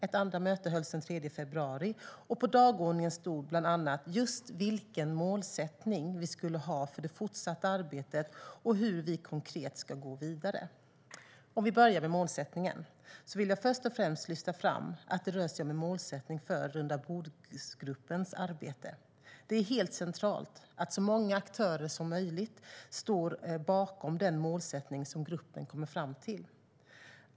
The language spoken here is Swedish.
Ett andra möte hölls den 3 februari, och på dagordningen stod bland annat just vilken målsättning vi skulle ha för det fortsatta arbetet och hur vi konkret ska gå vidare. Om vi börjar med målsättningen vill jag först och främst lyfta fram att det rör sig om en målsättning för rundabordsgruppens arbete. Det är helt centralt att så många aktörer som möjligt står bakom den målsättning som gruppen kommer fram till.